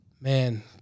Man